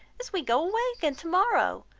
as we go away again tomorrow.